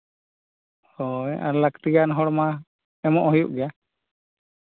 ᱦᱳᱭ ᱟᱨ ᱞᱟᱹᱠᱛᱤᱭᱟ ᱦᱚᱲ ᱢᱟ ᱮᱢᱚᱜ ᱦᱩᱭᱩᱜ ᱜᱮᱭᱟ